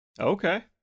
Okay